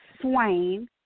swain